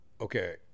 Okay